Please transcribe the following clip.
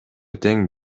тең